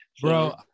Bro